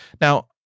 Now